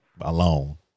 alone